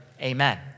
Amen